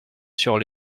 sur